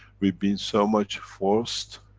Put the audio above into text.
we've been so much forced,